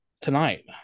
Tonight